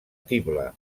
tible